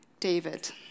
David